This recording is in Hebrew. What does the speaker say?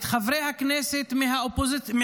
במיוחד את חברי הכנסת מהקואליציה,